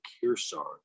Kearsarge